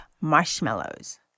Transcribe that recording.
marshmallows